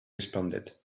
responded